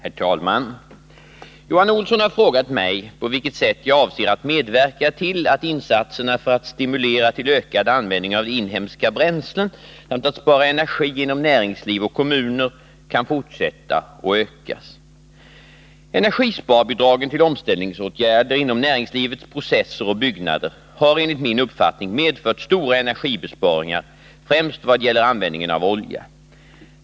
Herr talman! Johan Olsson har frågat mig på vilket sätt jag avser att medverka till att insatserna för att stimulera till ökad användning av inhemska bränslen samt att spara energi inom näringsliv och kommuner kan fortsätta och ökas. Energisparbidragen till omställningsåtgärder inom näringslivets processer och byggnader har enligt min uppfattning medfört stora energibesparingar, främst vad gäller användningen av olja.